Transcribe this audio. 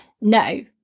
no